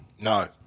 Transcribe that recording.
No